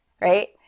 right